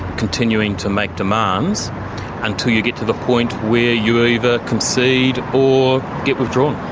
continuing to make demands until you get to the point where you either concede or get withdrawn.